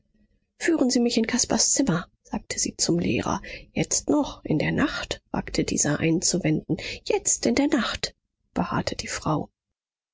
führen sie mich in caspars zimmer sagte sie zum lehrer jetzt noch in der nacht wagte dieser einzuwenden jetzt in der nacht beharrte die frau